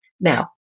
Now